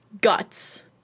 Guts